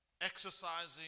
exercising